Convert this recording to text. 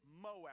Moab